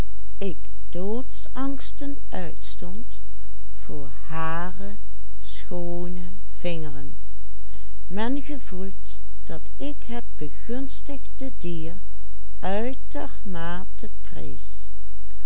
gevoelt dat ik het begunstigde dier